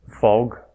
fog